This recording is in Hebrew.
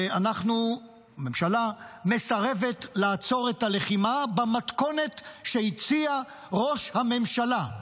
הממשלה מסרבת לעצור את הלחימה במתכונת שהציע ראש הממשלה,